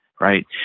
right